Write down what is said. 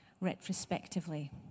retrospectively